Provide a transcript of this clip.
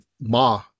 ma